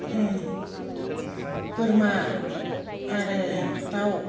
बोरमा आरो दाउ